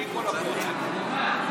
גב' קארין,